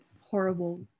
horrible